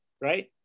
right